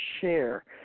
share